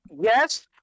yes